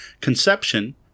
conception